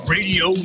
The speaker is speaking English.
Radio